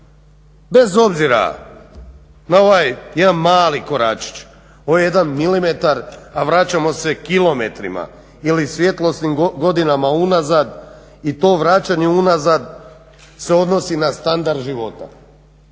bez obzira na ovaj jedan mali koračić, ovaj jedan milimetar a vraćamo se kilometrima ili svjetlosnim godinama unazad. I to vraćanje unazad se odnosi na standard života,